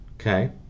Okay